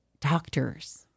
doctors